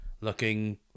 looking